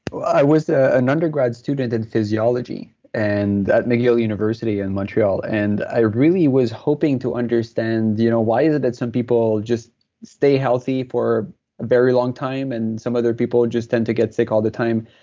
i was ah an undergrad student in physiology and at mcgill university in montreal, and i really was hoping to understand, you know why is it that some people just stay healthy for a very long time, and some other people and just tend to get sick all the time?